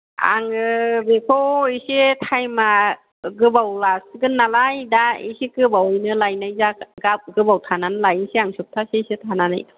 आङो बेखौ एसे टाइमा गोबाव लासिगोन नालाय दा एसे गोबावैनो लायनाय जागोन गोबाव थाना लायनो आं सफ्थासेसो थानानै